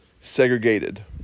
segregated